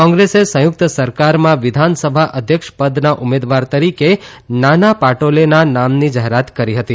કોંગ્રેસે સંયુકત સરકારમાં વિધાનસભા ધ્યક્ષપદના ઉમેદવાર તરીકે નાના પાટાલેના નામની જાહેરાત કરી હતી